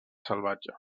salvatge